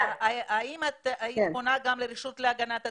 האם את פונה גם לרשות להגנת הצרכן?